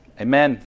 Amen